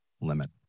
limit